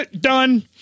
Done